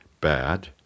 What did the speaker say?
bad